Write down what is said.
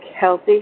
healthy